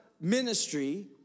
ministry